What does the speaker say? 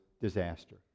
disaster